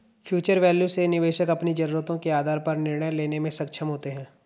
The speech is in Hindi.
फ्यूचर वैल्यू से निवेशक अपनी जरूरतों के आधार पर निर्णय लेने में सक्षम होते हैं